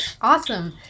Awesome